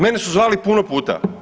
Mene su zvali puno puta.